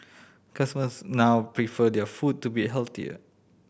customers now prefer their food to be healthier